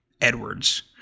Edwards